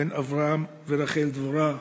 בן אברהם ורחל דבורה,